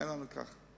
היה לנו ככה.